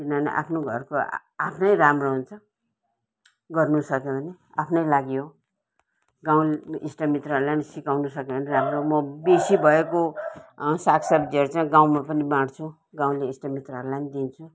किनभने आफ्नो घरको आफ्नै राम्रो हुन्छ गर्नु सक्यो भने आफ्नै लागि हो गाउँ इष्ट मित्रहरूलाई पनि सिकाउनु सक्यो भने राम्रो हो म बेसी भएको साग सब्जीहरू चाहिँ गाउँमा पनि बाँड्छु गाउँले इष्ट मित्रहरूलाई पनि दिन्छु